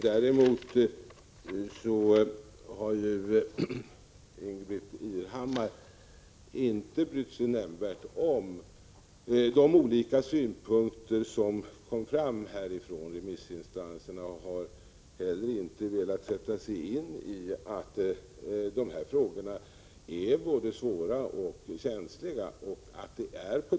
Däremot har Ingbritt Irhammar inte brytt sig nämnvärt om de olika synpunkter som framförts från remissinstanserna och har inte heller velat sätta sig in i dessa frågor, som är både svåra och känsliga.